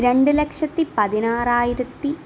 രണ്ട് ലക്ഷത്തിപ്പതിനാറായിരത്തി